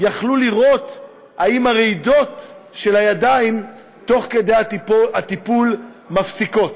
יכלו לראות אם הרעידות של הידיים תוך כדי הטיפול מפסיקות.